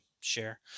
share